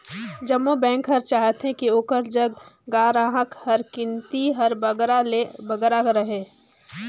जम्मो बेंक हर चाहथे कि ओकर जग गराहक कर गिनती हर बगरा ले बगरा रहें